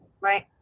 Right